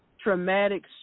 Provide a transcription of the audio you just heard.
Traumatic